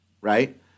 Right